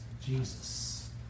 Jesus